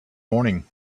morning